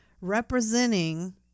representing